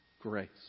grace